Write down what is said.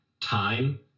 time